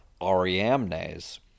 Ariamnes